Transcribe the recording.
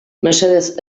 mesedez